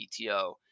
PTO